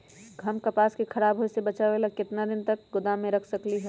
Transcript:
हम कपास के खराब होए से बचाबे ला कितना दिन तक गोदाम में रख सकली ह?